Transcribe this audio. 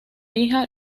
hija